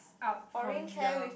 out from the